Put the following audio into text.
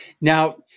Now